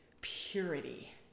purity